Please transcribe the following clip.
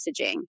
messaging